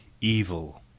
evil